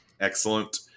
Excellent